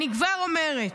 אני כבר אומרת: